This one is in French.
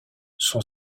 son